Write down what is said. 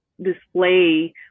display